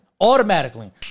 Automatically